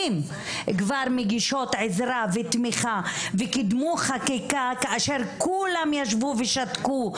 מגישות עזרה ותמיכה וקידמו חקיקה כאשר כולם ישבו ושתקו.